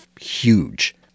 huge